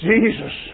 Jesus